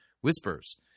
Whispers